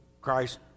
Christ